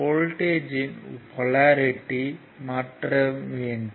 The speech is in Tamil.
வோல்ட்டேஜ்யின் போலாரிட்டி மாற்ற வேண்டும்